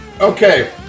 okay